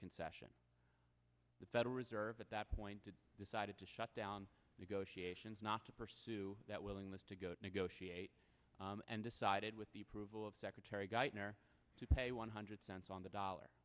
concession the federal reserve at that point it decided to shut down negotiations not to pursue that willingness to go to negotiate and decided with the approval of secretary geithner to pay one hundred cents on the dollar